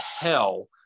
hell